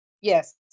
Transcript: Yes